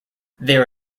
there